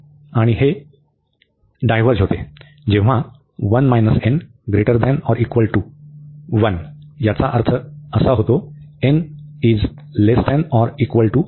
आणि हे डायव्हर्ज होते जेव्हा 1 n≥1 याचा अर्थ असा होतो n≤0